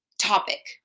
topic